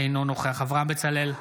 אינו נוכח אברהם בצלאל,